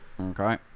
okay